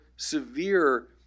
Severe